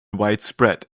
widespread